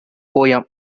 poem